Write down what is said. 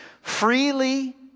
freely